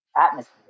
atmosphere